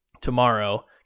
tomorrow